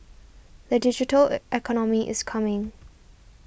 the digital economy is coming